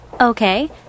Okay